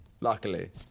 Luckily